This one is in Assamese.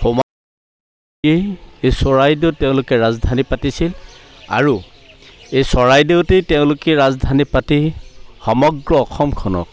সৌমা চৰাইদেউত তেওঁলোকে ৰাজধানী পাতিছিল আৰু এই চৰাইদেউতেই তেওঁলোকে ৰাজধানী পাতি সমগ্ৰ অসমখনক